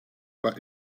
but